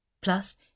Plus